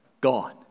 gone